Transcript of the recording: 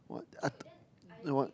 what I what